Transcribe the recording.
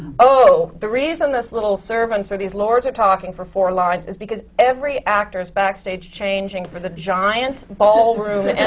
oh, the reason those little servants or these lords are talking for four lines is because every actor is backstage changing for the giant ballroom and and